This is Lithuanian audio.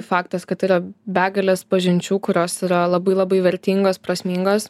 faktas kad yra begalės pažinčių kurios yra labai labai vertingos prasmingos